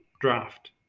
draft